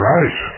Right